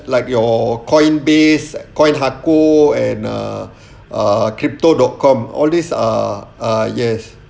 like your coin base coin hardcore and err ah crypto dot com all this ah ah yes